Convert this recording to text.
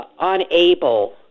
unable